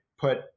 put